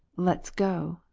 let's go,